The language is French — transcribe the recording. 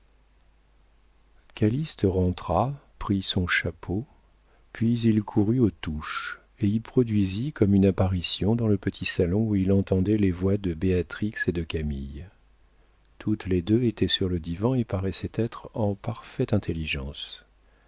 baronne calyste rentra prit son chapeau puis il courut aux touches et produisit comme une apparition dans le petit salon où il entendait les voix de béatrix et de camille toutes les deux étaient sur le divan et paraissaient être en parfaite intelligence